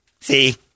See